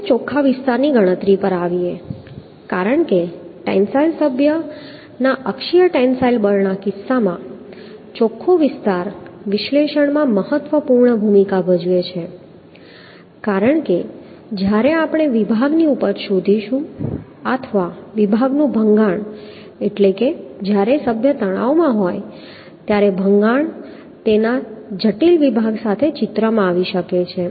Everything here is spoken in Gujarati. હવે ચોખ્ખી વિસ્તારની ગણતરી પર આવીએ છીએ કારણ કે ટેન્સાઈલ સભ્યના અક્ષીય ટેન્સાઈલ બળના કિસ્સામાં ચોખ્ખો વિસ્તાર વિશ્લેષણમાં મહત્વપૂર્ણ ભૂમિકા ભજવે છે કારણ કે જ્યારે આપણે વિભાગની ઉપજ શોધીશું અથવા વિભાગનું ભંગાણ એટલે જ્યારે સભ્ય તણાવમાં હોય ત્યારે ભંગાણ તેના જટિલ વિભાગ સાથે ચિત્ર માં આવી શકે છે